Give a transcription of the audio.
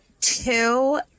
two